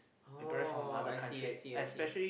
oh I see I see I see